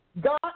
God